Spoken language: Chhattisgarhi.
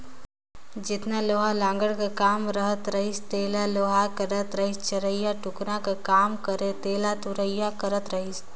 जेतना लोहा लाघड़ कर काम रहत रहिस तेला लोहार करत रहिसए चरहियाए टुकना कर काम रहें तेला तुरिया करत रहिस